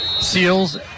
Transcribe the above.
Seals